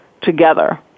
together